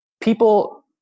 People